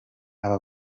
aba